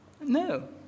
No